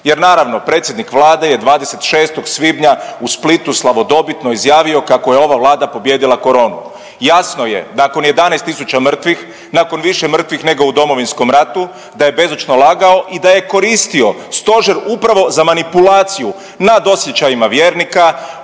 jer naravno predsjednik Vlade je 26. svibnja u Splitu slavodobitno izjavio kako je ova Vlada pobijedila koronu. Jasno je nakon 11.000 mrtvih, nakon više mrtvih nego u Domovinskom ratu da je bezočno lagao i da je koristio stožer upravo za manipulaciju nad osjećajima vjernika,